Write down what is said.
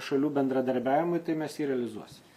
šalių bendradarbiavimui tai mes jį realizuosim